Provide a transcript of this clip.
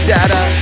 Data